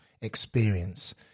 experience